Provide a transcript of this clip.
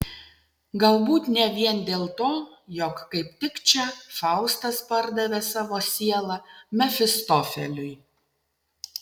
galbūt ne vien dėl to jog kaip tik čia faustas pardavė savo sielą mefistofeliui